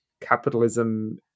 capitalism